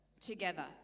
together